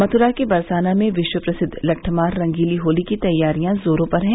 मथुरा के बरसाना में विश्व प्रसिद्व लट्ठमार रंगीली होली की तैयारियां जोरों पर हैं